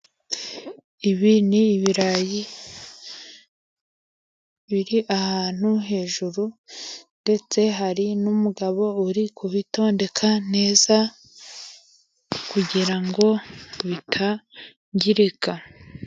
Ibi ni ibirayi biri ahantu hejuru ndetse hari n'umugabo uri kubitondeka neza kugirango bitangirika.